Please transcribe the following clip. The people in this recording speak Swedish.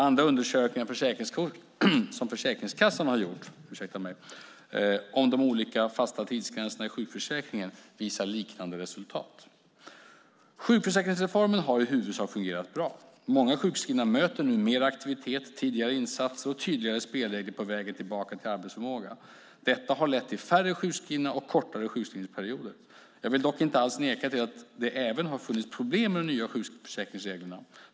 Andra undersökningar som Försäkringskassan har gjort om de olika fasta tidsgränserna i sjukförsäkringen visar liknande resultat. Sjukförsäkringsreformen har i huvudsak fungerat bra. Många sjukskrivna möter nu mer aktivitet, tidigare insatser och tydligare spelregler på vägen tillbaka till arbetsförmåga. Detta har lett till färre sjukskrivna och kortare sjukskrivningsperioder. Jag vill dock inte alls neka till att det även har funnits problem med de nya sjukförsäkringsreglerna.